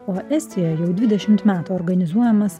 o estijoje jau dvidešimt metų organizuojamas